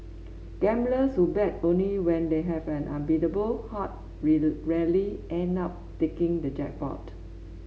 gamblers who bet only when they have an unbeatable hand rarely end up taking the jackpot